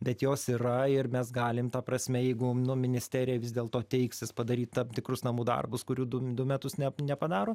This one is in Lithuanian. bet jos yra ir mes galim ta prasme jeigu ministerija vis dėlto teiksis padaryt tam tikrus namų darbus kurių du du metus nepadaro